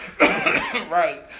Right